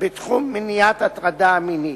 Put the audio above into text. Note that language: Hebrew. בתחום מניעת הטרדה מינית.